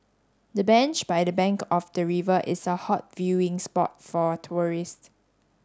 the bench by the bank of the river is a hot viewing spot for tourists